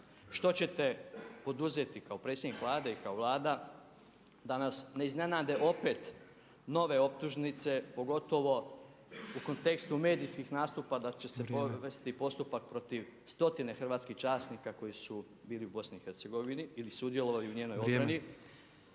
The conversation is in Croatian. što ćete poduzeti kao predsjednik Vlade i kao Vlada da nas ne iznenade opet nove optužnice, pogotovo u kontekstu medijskih nastupa da će se provesti postupak protiv stotina hrvatskih časnika koji su bili u BIH ili sudjelovali u njenoj obrani.